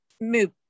move